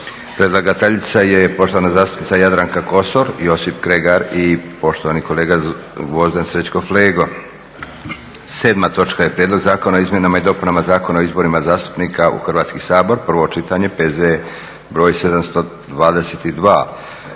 Predlagatelji zastupnici: Jadranka Kosor, Josip Kregar i Gvozden Srećko Flego; 7. Prijedlog zakona o izmjenama i dopunama Zakona o izborima zastupnika u Hrvatski sabor, prvo čitanje, P.Z. br. 722.